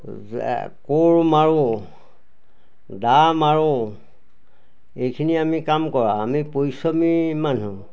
কোঁৰ মাৰোঁ দা মাৰোঁ এইখিনি আমি কাম কৰা আমি পৰিশ্ৰমী মানুহ